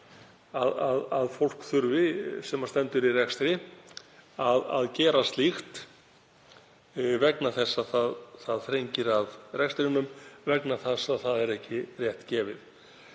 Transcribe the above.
að fólk sem stendur í rekstri þurfi að gera slíkt vegna þess að það þrengir að rekstrinum, vegna þess að það er ekki rétt gefið.